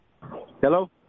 Hello